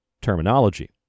terminology